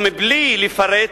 ובלי לפרט,